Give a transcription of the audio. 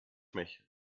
mich